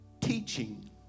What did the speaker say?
teaching